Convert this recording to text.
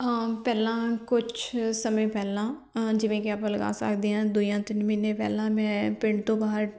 ਪਹਿਲਾਂ ਕੁਛ ਸਮੇਂ ਪਹਿਲਾਂ ਜਿਵੇਂ ਕਿ ਆਪਾਂ ਲਗਾ ਸਕਦੇ ਹਾਂ ਦੋ ਜਾਂ ਤਿੰਨ ਮਹੀਨੇ ਪਹਿਲਾਂ ਮੈਂ ਪਿੰਡ ਤੋਂ ਬਾਹਰ